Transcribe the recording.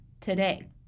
today